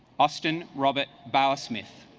austin robert bowser smith